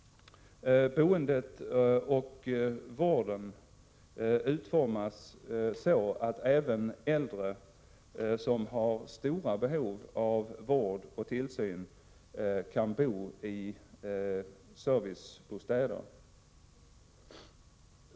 Boendet och vården utformas så, att även äldre som har stora behov av vård och tillsyn kan bo i servicebostäderna.